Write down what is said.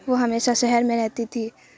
وہ ہمیشہ شہر میں رہتی تھی